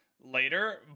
later